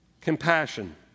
Compassion